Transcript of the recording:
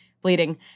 bleeding